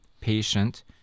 patient